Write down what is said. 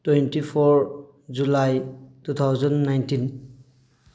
twenty four July two thousand nineteen